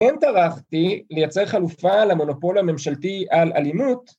‫אם טרחתי לייצר חלופה ‫למונופול הממשלתי על אלימות,